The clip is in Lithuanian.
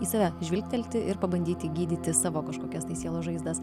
į save žvilgtelti ir pabandyti gydyti savo kažkokias tai sielos žaizdas